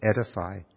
edify